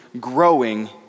growing